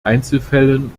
einzelfällen